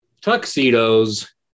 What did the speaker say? tuxedos